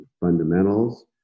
fundamentals